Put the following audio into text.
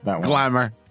glamour